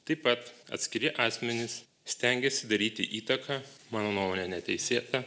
taip pat atskiri asmenys stengėsi daryti įtaką mano nuomone neteisėtą